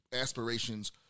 aspirations